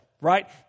right